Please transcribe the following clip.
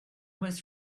was